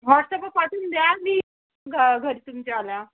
व्हॉट्सअपवर पाठवून द्या मी घ घर तुमच्या आल्या